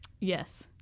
Yes